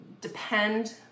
depend